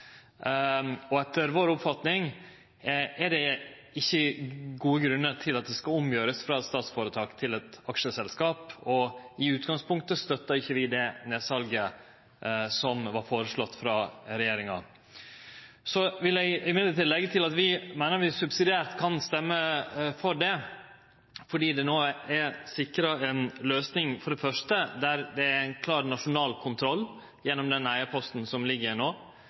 forsvaret. Etter vår oppfatning er det ikkje gode grunnar til at det skal omdannast frå eit statsføretak til eit aksjeselskap, og i utgangspunktet støttar ikkje vi det nedsalet som vart føreslått av regjeringa. Eg vil likevel leggje til at vi meiner at vi subsidiært kan stemme for det, fordi det no er sikra ei løysing der det for det første er ein klar nasjonal kontroll gjennom den eigarposten som ligg